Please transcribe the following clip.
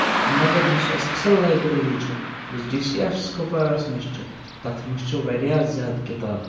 مگر یُس اَسہِ اَصٕل لایبرٔری چھُ یُس ڈی سی ایس کُپوارَس نِش چھُ تَتھ منٛز چھِ واریاہ زیادٕ کِتاب